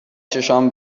چشام